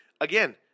again